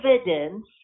evidence